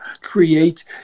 create